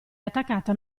attaccata